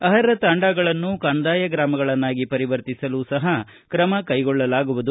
ಅರ್ಪ ತಾಂಡಗಳನ್ನು ಕಂದಾಯ ಗ್ರಾಮಗಳನ್ನಾಗಿ ಪರಿವರ್ತಿಸಲು ಸಹ ಕ್ರಮಕ್ಕೆಗೊಳ್ಳಲಾಗುವುದು